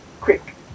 quick